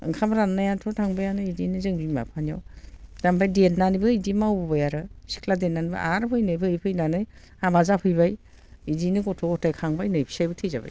ओंखाम रान्नायाथ' थांबायानो बिदिनो जों बिमा बिफानियाव दा ओमफ्राय देरनानैबो बिदि मावबोबाय आरो सिख्ला देरनानैबो आरो फैनाय फैयै फैनानै हाबा जाफैबाय बिदिनो गथ' गथाय खांबाय नै फिसायआबो थैजाबाय